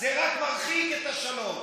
זה רק מרחיק את השלום.